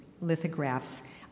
lithographs